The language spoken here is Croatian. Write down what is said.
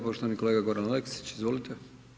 Poštovani kolega Goran Aleksić, izvolite.